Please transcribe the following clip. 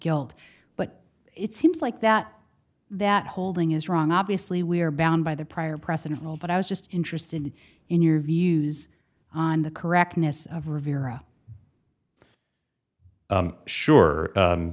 guilt but it seems like that that holding is wrong obviously we are bound by the prior precedent and all but i was just interested in your views on the correctness of rivera sure